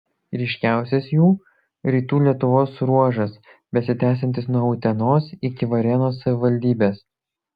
ryškiausias jų rytų lietuvos ruožas besitęsiantis nuo utenos iki varėnos savivaldybės